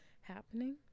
happening